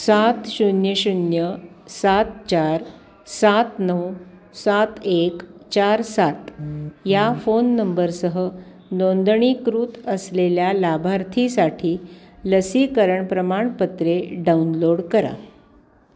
सात शून्य शून्य सात चार सात नऊ सात एक चार सात या फोन नंबरसह नोंदणीकृत असलेल्या लाभार्थीसाठी लसीकरण प्रमाणपत्रे डाउनलोड करा